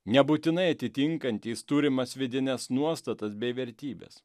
nebūtinai atitinkantys turimas vidines nuostatas bei vertybes